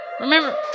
Remember